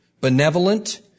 benevolent